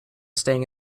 staying